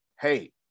hey